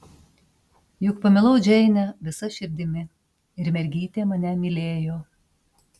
juk pamilau džeinę visa širdimi ir mergytė mane mylėjo